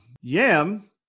Yam